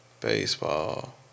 Baseball